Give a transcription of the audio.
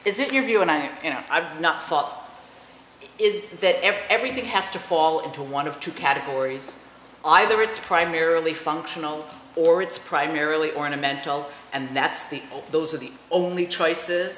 is it your view and i you know i've not thought of it is that everything has to fall into one of two categories either it's primarily functional or it's primarily ornamental and that's the those are the only choices